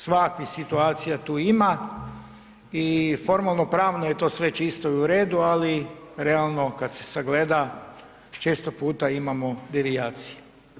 Svakakvih situacija tu ima i formalno pravno je to sve čisto i u redu, ali realno kad se sagleda često puta imamo devijacije.